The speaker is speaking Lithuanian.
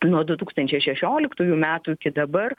nuo du tūkstančiai šešioliktųjų metų iki dabar